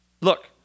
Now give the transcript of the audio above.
Look